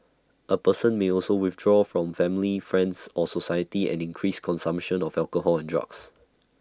A person may also withdraw from family friends or society and increase consumption of alcohol and drugs